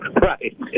Right